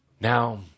Now